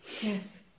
Yes